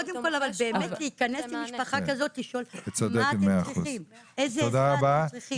אבל באמת להיכנס למשפחה כזאת ולשאול מה היא צריכה ואיזו עזרה היא צריכה.